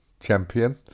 champion